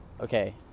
Okay